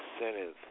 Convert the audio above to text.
incentive